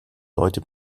leute